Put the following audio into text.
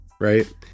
right